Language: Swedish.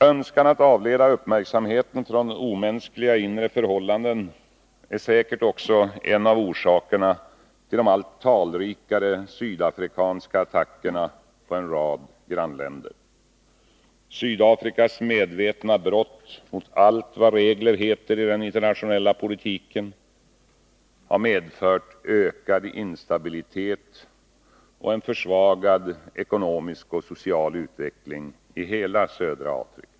Önskan att avleda uppmärksamheten från omänskliga inre förhållanden är säkert också en av orsakerna till de allt talrikare sydafrikanska attackerna på en rad grannländer. Sydafrikas medvetna brott mot allt vad regler heter i den internationella politiken har medfört ökad instabilitet och en försvagad ekonomisk och social utveckling i hela södra Afrika.